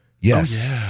Yes